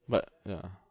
but ya